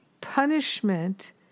punishment